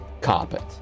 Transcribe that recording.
carpet